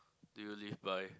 do you live by